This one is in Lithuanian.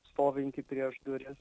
stovintį prieš duris